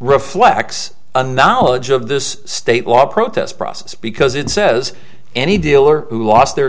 reflects a knowledge of this state law protest process because it says any dealer who lost their